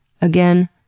Again